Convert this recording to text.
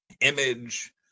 image